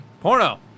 Porno